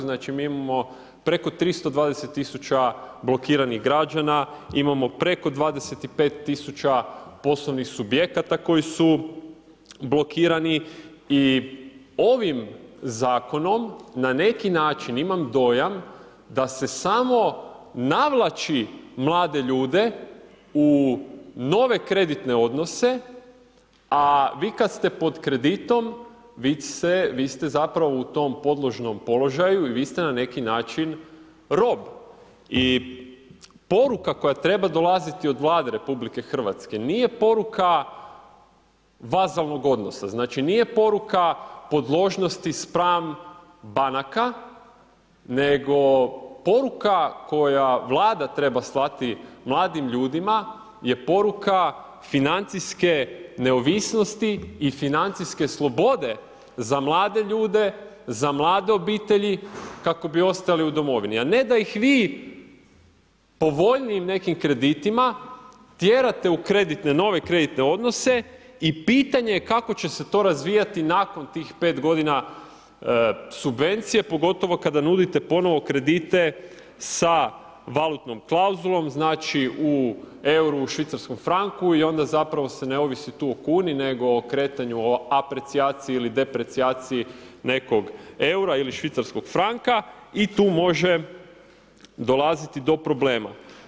Znači, mi imamo preko 320 tisuća blokiranih građana, imamo preko 25 tisuća poslovnih subjekata koji su blokirana i ovim Zakonom na neki način imam dojam da se samo navlači mlade ljude u nove kreditne odnose a vi kad ste pod kreditom, vi ste zapravo u tom podložnom položaju i vi ste na neki način rob i poruka koja treba dolaziti od Vlade RH nije poruka vazalnog odnosa, znači nije poruka podložnosti spram banaka nego poruka koju Vlada treba slati mladima ljudima je poruka financijske neovisnosti i financijske slobode za mlade ljude, za mlade obitelji kako bi ostali u domovini a ne da ih vi povoljnijim nekim kreditima tjerate u nove kreditne odnose i pitanje je kako će se to razvijati nakon tih 5 g. subvencije pogotovo kada nudite ponovno kredite sa valutnom klauzulom, znači u euru, švicarskom franku i onda zapravo se ne ovisi tu o kuni nego o kretanju o aprecijaciji ili deprecijaciji nekog eura ili švicarskog franka i tu može dolaziti do problema.